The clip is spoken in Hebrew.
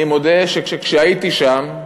אני מודה שכשהייתי שם,